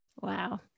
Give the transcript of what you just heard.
Wow